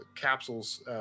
capsules